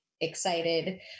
excited